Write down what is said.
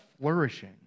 flourishing